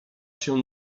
się